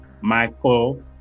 Michael